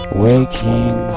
waking